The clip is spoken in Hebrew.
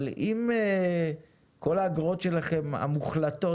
אבל אם כל האגרות שלכם המוחלטות,